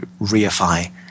reify